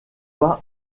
pas